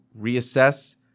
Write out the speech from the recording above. reassess